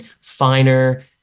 finer